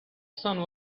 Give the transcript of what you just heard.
sun